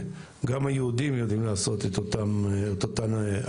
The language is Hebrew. היהודים יודעים לעשות את אותן עבירות,